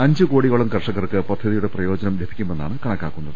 അഞ്ച് കോടിയോളം കർഷകർക്ക് പദ്ധതിയുടെ പ്രയോജനം ലഭി ക്കുമെന്നാണ് കണക്കാക്കുന്നത്